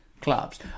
clubs